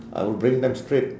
I will bring them straight